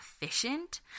efficient